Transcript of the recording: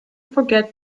forget